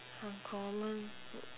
uncommon